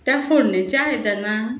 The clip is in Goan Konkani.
त्या फोडणेच्या आयदनान